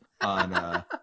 on